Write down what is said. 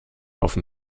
offen